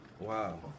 Wow